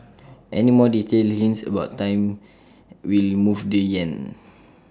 any more detailed hints about timing will move the Yen